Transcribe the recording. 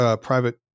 private